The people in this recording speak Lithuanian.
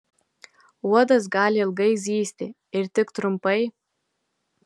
uodas gali ilgai zyzti ir tik trumpai